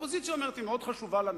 האופוזיציה מאוד חשובה לנו,